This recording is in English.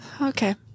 Okay